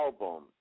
album